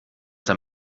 der